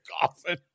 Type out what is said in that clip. coffin